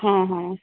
ହଁ ହଁ